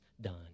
done